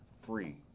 free